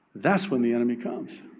that's when the enemy comes.